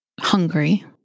Hungry